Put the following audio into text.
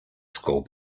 school